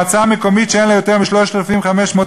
מועצה אזורית או מועצה מקומית שאין לה יותר מ-3,500 נפש,